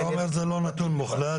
אז אתה אומר זה לא נתון מוחלט.